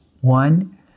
One